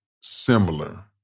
similar